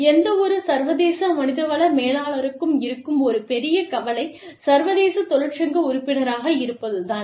எந்தவொரு சர்வதேச மனிதவள மேலாளருக்கும் இருக்கும் ஒரு பெரிய கவலை சர்வதேச தொழிற்சங்க உறுப்பினராக இருப்பது தான்